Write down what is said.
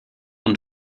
und